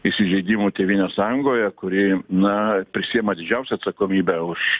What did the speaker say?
įsižeidimų tėvynės sąjungoje kuri na prisiima didžiausią atsakomybę už